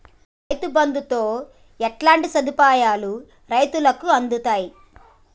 రైతు బంధుతో ఎట్లాంటి సదుపాయాలు రైతులకి అందుతయి?